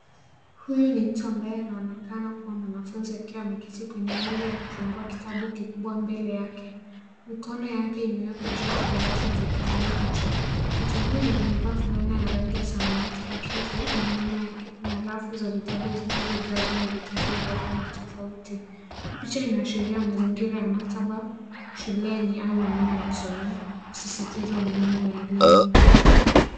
Huyu ni mtu ambaye ana onekana kuwa mwanafunzi akiwa ameketi kwenye meza ya kufungua kitabu kikubwa mbele yake. Mikono yake ime wekwa juu ya kurasa ya kitabu hicho, mtu huyu amevaa fulana ya rangi ya samawati hafifu na nyuma yake kuna rafu za vitabu zillozo jazwa na vitabu vya rangi tofauti, picha ina ashiria mazingira ya maktaba, shuleni au eneo la kusomea kusisistiza umuhimu wa elimu.